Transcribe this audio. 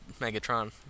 Megatron